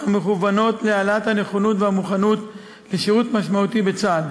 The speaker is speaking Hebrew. המכוונות להעלאת הנכונות והמוכנות לשירות משמעותי בצה"ל.